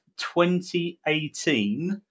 2018